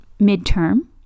midterm